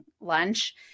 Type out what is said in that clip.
lunch